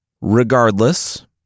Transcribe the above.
Regardless